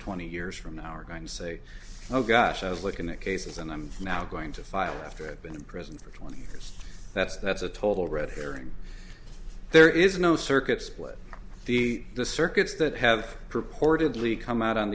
twenty years from now are going to say oh gosh i was looking at cases and i'm now going to file after i've been in prison for twenty years that's that's a total red herring there is no circuit split the the circuits that have purportedly come out on